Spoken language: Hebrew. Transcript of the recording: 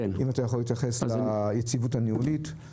ואם אתה יכול להתייחס ליציבות הניהולית.